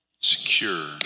secure